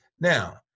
Now